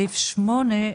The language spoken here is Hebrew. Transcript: סעיף 8,